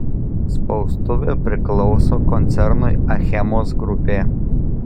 spaustuvė priklauso koncernui achemos grupė